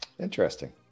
Interesting